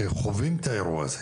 שחווים אותם,